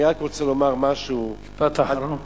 אני רק רוצה לומר משהו, משפט אחרון.